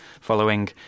following